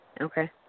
Okay